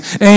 amen